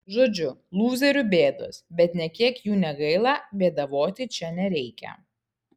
žodžiu lūzerių bėdos bet nė kiek jų negaila bėdavoti čia nereikia